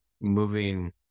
moving